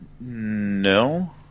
no